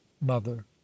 mother